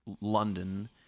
London